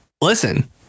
Listen